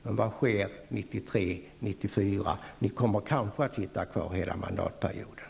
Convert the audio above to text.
Men vad sker 1993 och 1994? Ni kommer kanske att sitta kvar hela mandatperioden.